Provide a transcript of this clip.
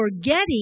forgetting